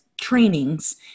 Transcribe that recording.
trainings